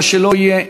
מה שלא יהיה,